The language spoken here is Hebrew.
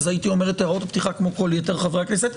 אז הייתי אומר את הערות הפתיחה כמו כל יתר חברי הכנסת.